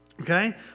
Okay